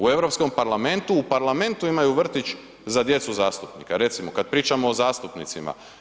U Europskom parlamentu u parlamentu imaju vrtić za djecu zastupnika, recimo kad pričamo o zastupnicima.